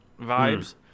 vibes